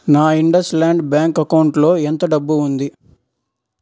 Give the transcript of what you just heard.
నా IndusInd bank అకౌంట్లో ఎంత డబ్బు ఉంది